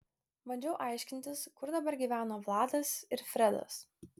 bandžiau aiškintis kur dabar gyveno vladas ir fredas